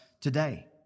today